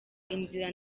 inzira